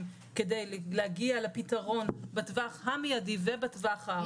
כדי להגיע לפתרון בטווח המיידי ובטווח הארוך.